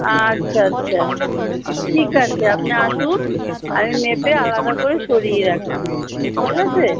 আচ্ছা আচ্ছা ঠিক আছে আপনি আসুন আমি মেপে আলাদা করে সরিয়ে রাখছি ঠিক আছে